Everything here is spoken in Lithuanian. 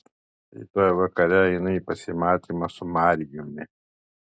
rytoj vakare einu į pasimatymą su marijumi